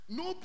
no